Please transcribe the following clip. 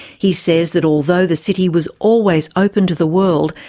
he says that although the city was always open to the world,